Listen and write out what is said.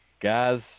guys